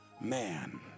man